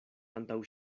antaŭ